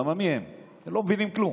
למה מי הם, הם לא מבינים כלום.